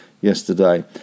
yesterday